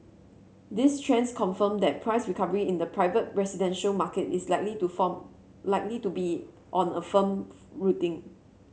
these trends confirm that price recovery in the private residential market is likely to form likely to be on a firm rooting